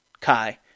Kai